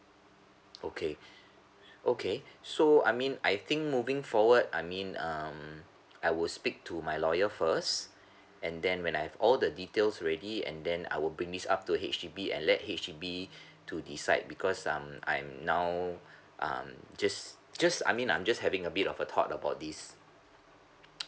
okay okay so I mean I think moving forward I mean um I would speak to my lawyer first and then when I have all the details ready already I will bring this up to H_D_B and let H_D_B to decide because um I'm now um just just I mean I'm just having a bit of a thought about this